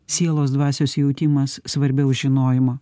sielos dvasios jautimas svarbiau žinojimo